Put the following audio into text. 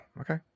okay